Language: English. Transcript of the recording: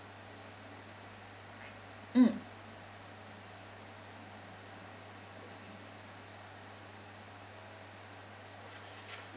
mm